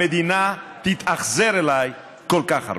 המדינה תתאכזר אליי כל כך הרבה.